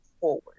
forward